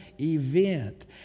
event